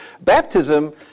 baptism